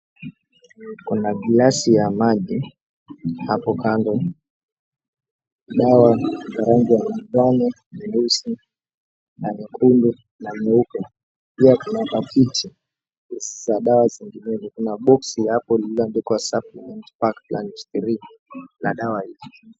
Kuna glasi ya maji hapo kando. Dawa ya rangi ya kahawa, nyeusi na nyekundu na nyeupe. Pia kuna pakiti za dawa zingine vile. Kuna boksi hapo limeandikwa, Supplement Pack Planet 3 la dawa hizi.